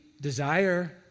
Desire